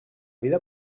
vida